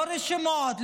לא רשומות,